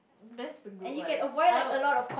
that's a good one I'll